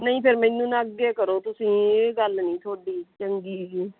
ਨਹੀਂ ਫਿਰ ਮੈਨੂੰ ਨਾ ਅੱਗੇ ਕਰੋ ਤੁਸੀਂ ਇਹ ਗੱਲ ਨਹੀਂ ਤੁਹਾਡੀ ਚੰਗੀ